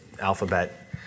alphabet